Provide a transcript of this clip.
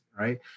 right